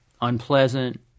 unpleasant